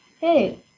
hey